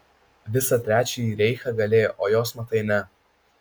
visą trečiąjį reichą galėjo o jos matai ne